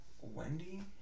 Wendy